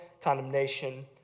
condemnation